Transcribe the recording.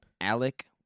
Alec